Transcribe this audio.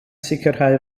sicrhau